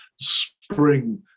spring